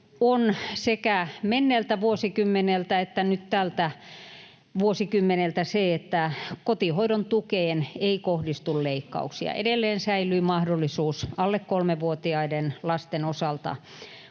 on sekä menneeltä vuosikymmeneltä että nyt tältä vuosikymmeneltä se, että kotihoidon tukeen ei kohdistu leikkauksia. Edelleen säilyy mahdollisuus alle kolmevuotiaiden lasten osalta